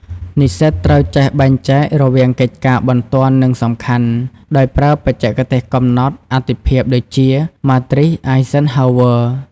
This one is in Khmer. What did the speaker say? និស្សិតត្រូវចេះបែងចែករវាងកិច្ចការបន្ទាន់និងសំខាន់ ដោយប្រើបច្ចេកទេសកំណត់អាទិភាពដូចជា ម៉ាទ្រីស អាយហ្សិនហូវ័រ (Matrice Eisenhower)។